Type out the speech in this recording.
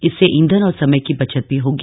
इससे ईंधन और समय की बचत भी होगी